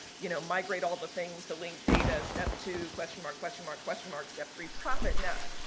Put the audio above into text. you know, migrate all the things to link data, step two question mark, question mark, question mark, step three profit not.